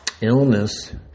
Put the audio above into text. illness